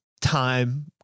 time